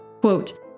quote